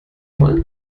wollen